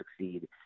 succeed